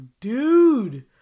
dude